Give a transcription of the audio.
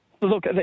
look